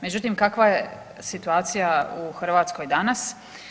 Međutim, kakva je situacija u Hrvatskoj danas?